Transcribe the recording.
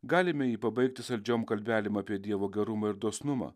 galime jį pabaigti saldžiom kalbelėm apie dievo gerumą ir dosnumą